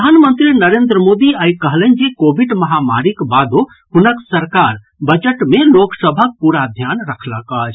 प्रधानमंत्री नरेन्द्र मोदी आइ कहलनि जे कोविड महामारीक बादो हुनक सरकार बजट मे लोक सभक पूरा ध्यान रखलक अछि